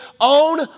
own